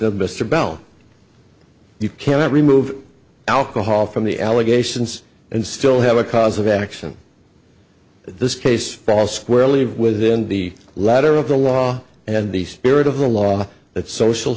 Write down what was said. mr bell you cannot remove alcohol from the allegations and still have a cause of action this case fall squarely within the ladder of the law and the spirit of the law that social